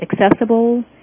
accessible